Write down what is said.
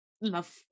love